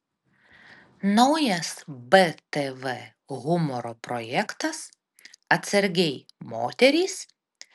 naujas btv humoro projektas atsargiai moterys